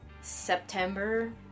September